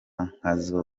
nkazo